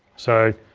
so,